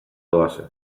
doazen